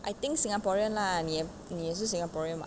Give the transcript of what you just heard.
I think singaporean lah 你也你也是 singaporean [what]